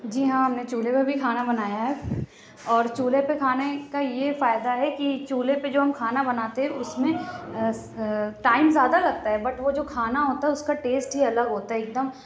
جی ہاں ہم نے چولہے پہ بھی کھانا بنایا ہے اور چولہے پہ کھانے کا یہ فائدہ ہے کہ چولہے پہ جو ہم کھانا بناتے ہیں اس میں ٹائم زیادہ لگتا ہے بٹ وہ جو کھانا ہوتا ہے اس کا ٹیسٹ ہی الگ ہوتا ہے ایک دم